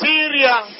Syria